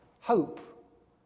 hope